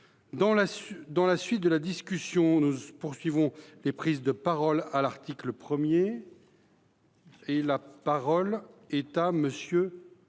Dans la suite de la discussion, nous poursuivons les prises de parole sur l’article 1. La parole est à M. Pierre